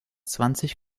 zwanzig